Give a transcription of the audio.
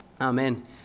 Amen